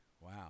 Wow